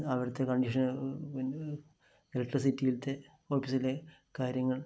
അവിടുത്തെ കണ്ടീഷന് ഇലക്ട്രിസിറ്റിയിലത്തെ ഓഫീസിലെ കാര്യങ്ങള്